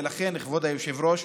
ולכן, כבוד היושב-ראש,